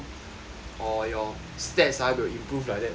or your stats ah will improve like that won't [what] ya that's why